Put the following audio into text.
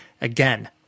again